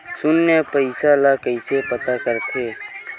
शून्य पईसा ला कइसे पता करथे?